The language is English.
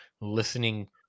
listening